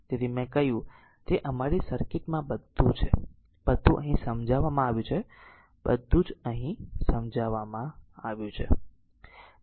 તેથી મેં કહ્યું તે અમારી આ સર્કિટ માં બધું છે બધું અહીં સમજાવવામાં આવ્યું છે બધું અહીં સમજાવવામાં આવ્યું છે